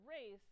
race